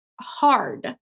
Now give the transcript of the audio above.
hard